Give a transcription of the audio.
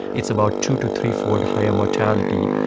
it's about two to threefold higher mortality,